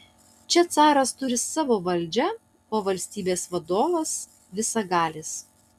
čia caras turi caro valdžią o valstybės vadovas visagalis